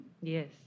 Yes